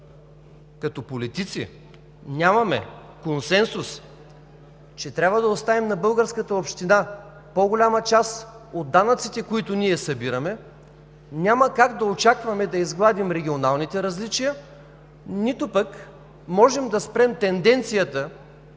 като политици нямаме консенсус, че трябва да оставим на българската община по-голяма част от данъците, които ние събираме, няма как да очакваме да изгладим регионалните различия, нито пък можем да спрем тенденцията